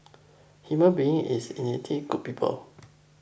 human beings is innately good people